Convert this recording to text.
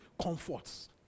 comforts